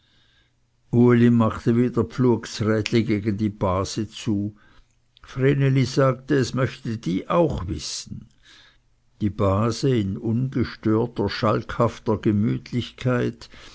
uli machte wieder pflugsrädli gegen die base zu vreneli sagte es möchte die auch wissen die base in ungestörter schalkhafter gemütlichkeit